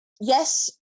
Yes